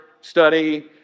study